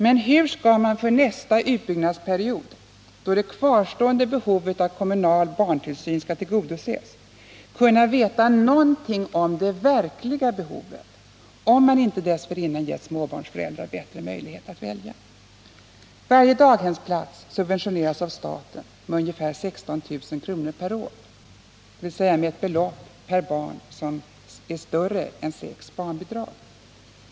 Men hur skall man för nästa utbyggnadsperiod, då det kvarstående behovet av kommunal barntillsyn skall tillgodoses, kunna veta någonting om det verkliga behovet, om man inte dessförinnan gett småbarnsföräldrar bättre möjlighet att välja? Varje daghemsplats subventioneras av staten med ungefär 16 000 kr. per år, dvs. med ett belopp per barn som är större än sex barnbidrag.